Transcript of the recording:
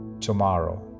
tomorrow